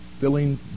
filling